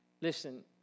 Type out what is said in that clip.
listen